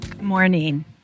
Morning